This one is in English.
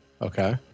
Okay